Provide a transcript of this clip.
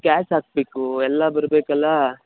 tax ಹಾಕಬೇಕು ಎಲ್ಲ ಬರಬೇಕಲ್ಲಾ